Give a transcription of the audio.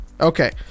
Okay